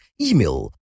email